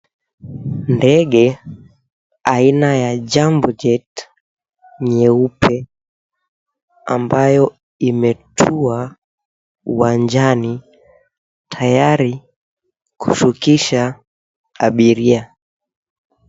Ndege aina ya Jambo Jet nyeupe ambayo imetua uwanjani tayari kushukisha abiria.